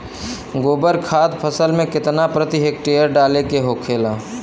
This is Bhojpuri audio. गोबर खाद फसल में कितना प्रति हेक्टेयर डाले के होखेला?